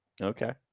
Okay